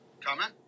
Comment